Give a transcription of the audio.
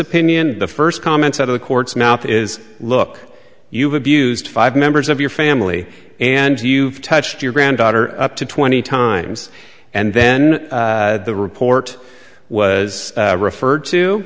opinion the first comment out of the court's mouth is look you've abused five members of your family and you've touched your granddaughter up to twenty times and then the report was referred to